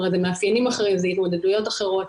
זה מאפיינים אחרים, זה התמודדויות אחרות.